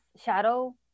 shadow